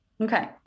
Okay